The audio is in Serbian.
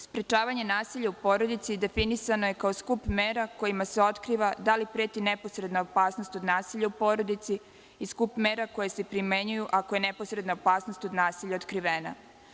Sprečavanje nasilja u porodici definisano je kao skup mera kojima se otkriva da li preti neposredna opasnost od nasilja u porodici i skup mera koje se primenjuju ako je neposredna opasnost od nasilja otkrivena.